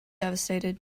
devastated